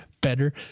better